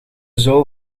zool